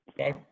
Okay